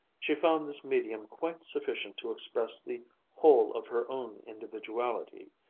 she found this medium quite sufficient to express the whole of her own individuality,